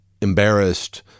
embarrassed